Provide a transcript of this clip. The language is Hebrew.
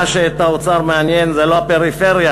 מה שאת האוצר מעניין זה לא הפריפריה,